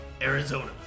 Arizona